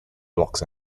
blocks